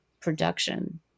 production